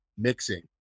mixing